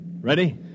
Ready